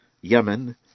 Yemen